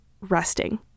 resting